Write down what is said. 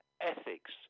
Ethics